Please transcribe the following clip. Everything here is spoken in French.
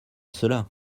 cela